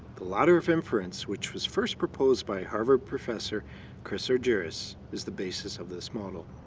the ladder of inference, which was first proposed by harvard professor chris argyris, is the basis of this model.